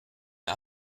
der